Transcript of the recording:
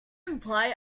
imply